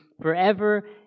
forever